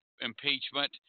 impeachment